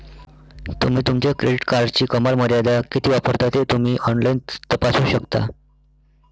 तुम्ही तुमच्या क्रेडिट कार्डची कमाल मर्यादा किती वापरता ते तुम्ही ऑनलाइन तपासू शकता